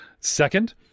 Second